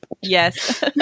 Yes